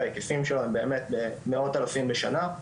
וההיקפים שלו הם באמת מאות אלפים בשנה,